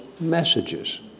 Messages